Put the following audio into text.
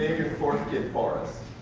your fourth kid forest.